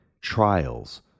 trials